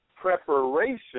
preparation